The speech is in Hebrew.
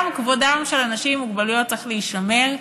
גם כבודם של אנשים עם מוגבלות צריך להישמר,